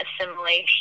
assimilation